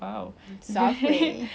ya it is actually